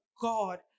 God